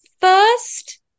first